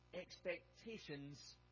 expectations